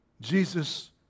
Jesus